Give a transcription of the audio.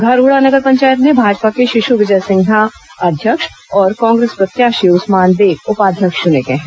घरघोड़ा नगर पंचायत में भाजपा के शिशु विजय सिन्हा अध्यक्ष और कांग्रेस प्रत्याशी उस्मान बेग उपाध्यक्ष चुने गए हैं